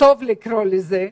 טוב לקרוא לזה,